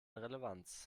relevanz